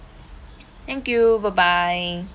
thank you bye bye